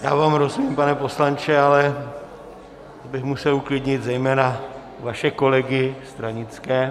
Já vám rozumím, pane poslanče, ale to bych musel uklidnit zejména vaše kolegy stranické.